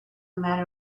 matter